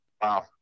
wow